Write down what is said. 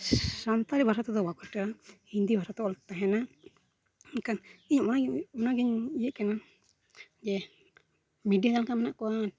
ᱥᱟᱱᱛᱟᱲᱤ ᱵᱷᱟᱥᱟ ᱛᱮᱫᱚ ᱵᱟᱠᱚ ᱦᱤᱱᱫᱤ ᱵᱷᱟᱥᱟ ᱛᱮ ᱚᱞ ᱛᱟᱦᱮᱱᱟ ᱢᱮᱱᱠᱷᱟᱱ ᱤᱧ ᱚᱱᱟᱧ ᱚᱱᱟᱜᱮᱧ ᱤᱭᱟᱹᱜ ᱠᱟᱱᱟ ᱡᱮ ᱢᱤᱰᱤᱭᱟ ᱡᱟᱦᱟᱸ ᱞᱮᱠᱟ ᱢᱮᱱᱟᱜ ᱠᱚᱣᱟ